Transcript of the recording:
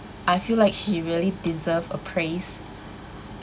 I feel like she really deserve a praise